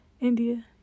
India